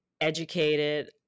educated